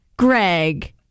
Greg